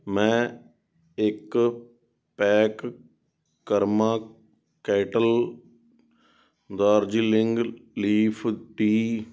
ਮੈਂ ਇੱਕ pack Karma kettle Darjeeling leaf T